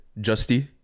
justy